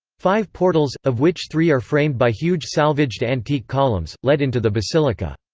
five portals, of which three are framed by huge salvaged antique columns, lead into the basilica.